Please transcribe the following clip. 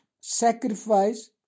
sacrifice